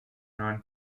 non